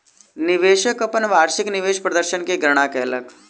निवेशक अपन वार्षिक निवेश प्रदर्शन के गणना कयलक